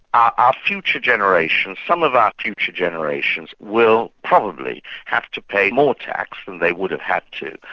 our future generations, some of our future generations, will probably have to pay more tax than they would have had to,